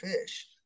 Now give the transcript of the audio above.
fish